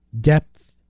Depth